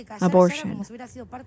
abortion